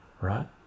right